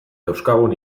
dauzkagun